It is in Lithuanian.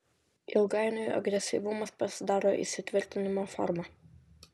ilgainiui agresyvumas pasidaro įsitvirtinimo forma